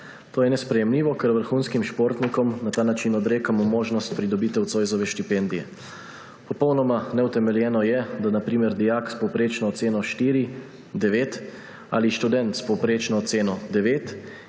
To je nesprejemljivo, ker vrhunskim športnikom na ta način odrekamo možnost za pridobitev Zoisove štipendije. Popolnoma neutemeljeno je, da na primer dijak s povprečno oceno 4,9 ali študent s povprečno oceno 9,